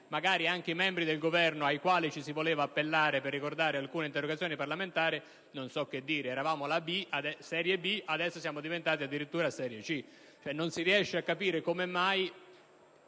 magari anche i membri del Governo ai quali ci si voleva appellare per ricordare alcune interrogazioni parlamentari, io non so che dire: eravamo la serie B e adesso siamo diventati addirittura la serie C. Non si riesce a capire come mai,